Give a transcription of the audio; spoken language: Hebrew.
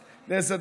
סח'נין.